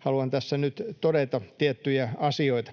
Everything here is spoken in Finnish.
haluan tässä nyt todeta tiettyjä asioita.